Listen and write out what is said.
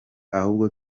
ahubwo